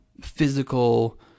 physical